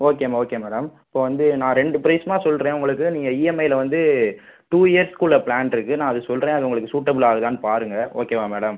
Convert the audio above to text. ஓகேம்மா okay madam இப்போ வந்து நான் ரெண்டு ப்ரைஸுமாக சொல்கிறேன் உங்களுக்கு நீங்கள் இஎம்ஐயில் வந்து டூ இயர்ஸ்குள்ளே ப்ளான் இருக்குது நான் அது சொல்கிறேன் அது உங்களுக்கு சூட்டபுள் ஆகுதானு பாருங்கள் ஓகேவா மேடம்